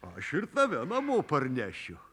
o aš ir tave namo parnešiu